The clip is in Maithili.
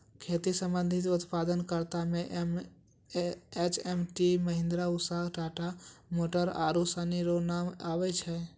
खेती संबंधी उप्तादन करता मे एच.एम.टी, महीन्द्रा, उसा, टाटा मोटर आरु सनी रो नाम आबै छै